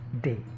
Day